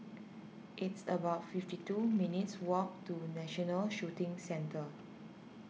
it's about fifty two minutes' walk to National Shooting Centre